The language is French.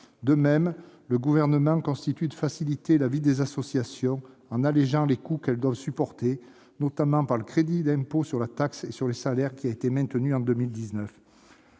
De même, le Gouvernement continue de faciliter la vie des associations en allégeant les coûts qu'elles doivent supporter, notamment par le crédit d'impôt sur la taxe sur les salaires qui a été maintenu en 2019.